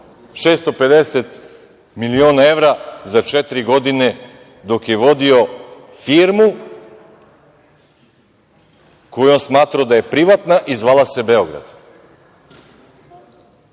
650 miliona evra za četiri godine, dok je vodio firmu, koju je smatrao da je privatna i zvala se Beograd.